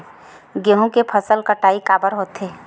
गेहूं के फसल कटाई काबर होथे?